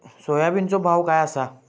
सोयाबीनचो भाव काय आसा?